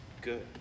good